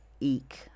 Eek